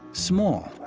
small,